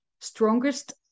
strongest